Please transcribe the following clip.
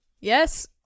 Yes